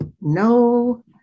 no